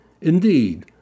Indeed